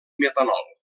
metanol